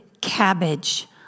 cabbage